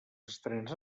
estrenes